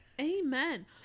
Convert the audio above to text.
Amen